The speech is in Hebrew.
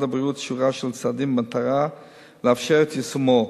הבריאות שורה של צעדים במטרה לאפשר את יישומו: